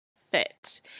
fit